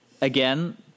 again